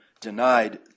denied